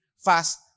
fast